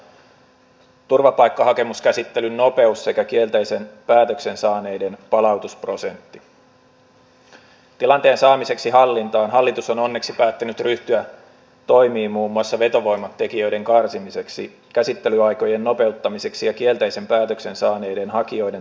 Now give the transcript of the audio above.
minusta on tosi tärkeää että mietitään yhdessä laajapohjaisesti mitä ne tulevaisuuden kunnat ovat ja myös mistä tekijöistä niiden elinvoima rakentuu ja mietitään myös terveyden edistämisen roolia ja myös sitä kunnan päätöksenteon mukanaolon merkityksellisyyttä